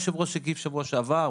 היושב-ראש הגיב בשבוע שעבר,